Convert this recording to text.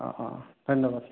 অ অ ধন্যবাদ